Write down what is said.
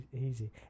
Easy